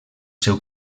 seu